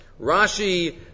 Rashi